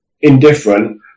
indifferent